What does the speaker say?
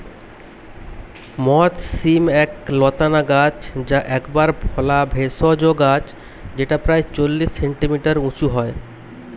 মথ শিম এক লতানা গাছ যা একবার ফলা ভেষজ গাছ যেটা প্রায় চল্লিশ সেন্টিমিটার উঁচু হয়